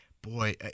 Boy